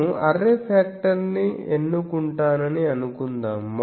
నేను array factor ని ఎన్నుకుంటానని అనుకుందాం